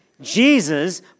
Jesus